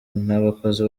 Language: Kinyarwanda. n’abakozi